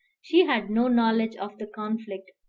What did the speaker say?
she had no knowledge of the conflict,